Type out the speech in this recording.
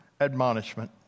admonishment